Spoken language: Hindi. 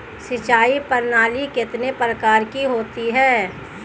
सिंचाई प्रणाली कितने प्रकार की होती हैं?